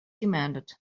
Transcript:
demanded